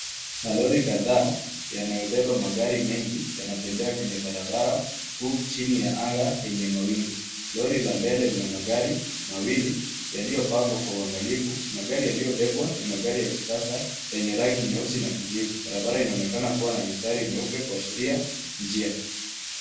Malori kadhaa yanayobeba magari mengi yanatembea kwenye barabara kuu chini ya anga yenye mawingu. Lori la mbele lina magari mawili yaliyopangwa kwa uangalifu . Magari yaliyobebwa ni magari ya kisasa yenye rangi nyeusi na kijivu. Barabara inaonekana kuwa na mistari meupe kuashiria njia.